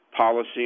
policy